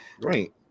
Right